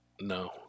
No